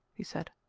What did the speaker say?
he said.